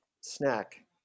snack